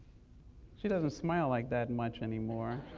she doesn't smile like that much anymore.